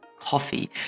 coffee